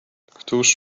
któż